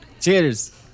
Cheers